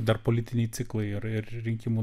dar politiniai ciklai yra ir rinkimų